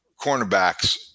cornerbacks